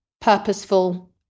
purposeful